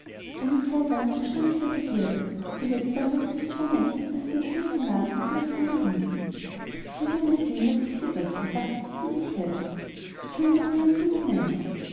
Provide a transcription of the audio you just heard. eine zeit lang widerstand sie der begierde zuletzt aber ward diese so mächtig daß sie den schlüssel nahm und zu der kammer hinging wer wird es sehen daß ich sie öffne sagte sie zu sich selbst ich will auch nur einen blick hineinthun